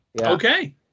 Okay